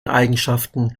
eigenschaften